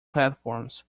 platforms